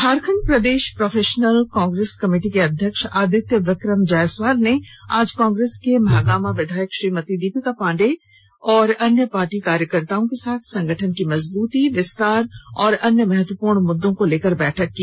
Jharkhand Pradesh professional Congress committee के अध्यक्ष आदित्य विक्रम जायसवाल ने आज कांग्रेस के महागामा विधायक श्रीमती दीपिका पांडे एवं अन्य पार्टी कार्यकर्ताओं के साथ संगठन की मजबती विस्तार एवं अन्य महत्वपूर्ण मुद्दों को लेकर बैठक की